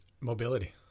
Mobility